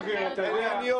מה ענייני